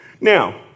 Now